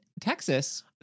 texas